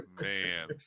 Man